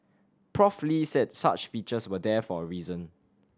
Prof Lee said such features were there for a reason